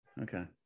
okay